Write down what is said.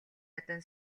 ядан